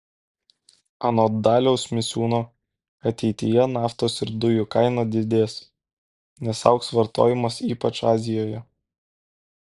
anot daliaus misiūno ateityje naftos ir dujų kaina didės nes augs vartojimas ypač azijoje